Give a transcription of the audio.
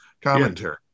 commentary